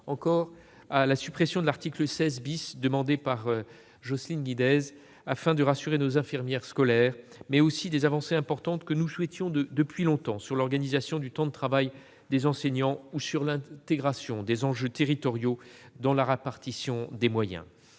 pense à la suppression de l'article 16, demandée par Jocelyne Guidez afin de rassurer nos infirmiers scolaires. J'ai également en tête plusieurs avancées importantes, que nous souhaitions depuis longtemps, pour l'organisation du temps de travail des enseignants ou encore l'intégration des enjeux territoriaux dans la répartition des moyens.